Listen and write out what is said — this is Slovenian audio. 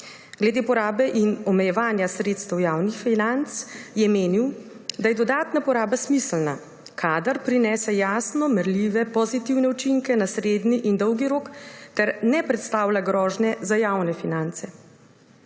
Glede porabe in omejevanja sredstev javnih financ je menil, da je dodatna poraba smiselna, kadar prinese jasno merljive pozitivne učinke na srednji in dolgi rok ter ne predstavlja grožnje za javne finance.